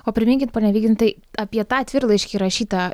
o priminkit pone vygintai apie tą atvirlaiškį rašytą